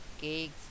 cakes